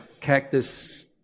Cactus